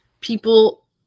people